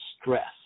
stress